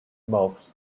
mouths